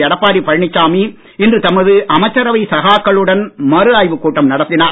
எடப்பாடி பழனிச்சாமி இன்று தமது அமைச்சரவை சகாக்களுடன் மறு ஆய்வு கூட்டம் நடத்தினார்